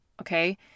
Okay